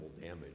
damage